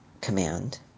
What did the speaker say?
command